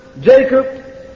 Jacob